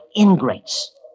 ingrates